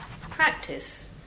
Practice